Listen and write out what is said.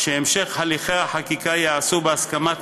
לכך שהמשך הליכי החקיקה ייעשה בהסכמת